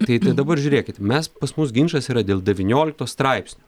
tai ta dabar žiūrėkit mes pas mus ginčas yra dėl devyniolikto straipsnio